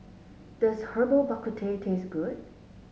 does Herbal Bak Ku Teh taste good